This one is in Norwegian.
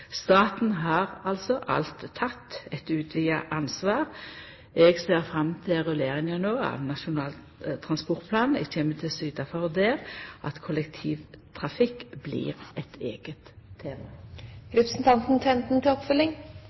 Staten har altså alt teke eit utvida ansvar. Eg ser no fram til rulleringa av Nasjonal transportplan og kjem der til å syta for at kollektivtrafikk blir eit